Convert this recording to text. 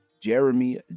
Jeremy